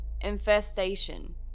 infestation